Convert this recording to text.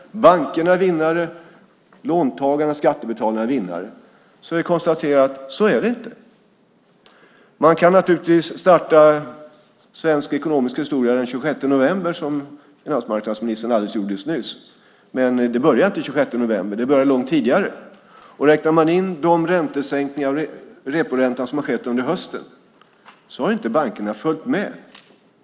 Bankerna är vinnare. Låntagarna och skattebetalarna är vinnare. Så är det inte. Man kan naturligtvis starta svensk ekonomisk historia den 26 november, som finansmarknadsministern gjorde alldeles nyss. Men det började inte den 26 november. Det började långt tidigare. Räknar man in de sänkningar av reporäntan som har skett under hösten har inte bankerna följt med.